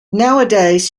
nowadays